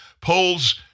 Polls